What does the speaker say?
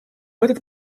этот